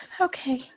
okay